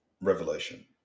Revelation